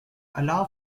allow